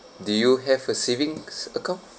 do you have a savings account